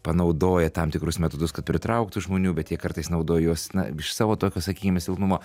panaudoja tam tikrus metodus kad pritrauktų žmonių bet jie kartais naudoja juos na iš savo tokio sakykime silpnumo